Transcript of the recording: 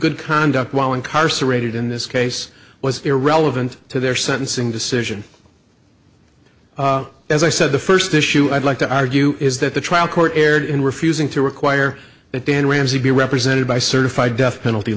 good conduct while incarcerated in this case was irrelevant to their sentencing decision as i said the first issue i'd like to argue is that the trial court erred in refusing to require that dan ramsey be represented by certified death penalty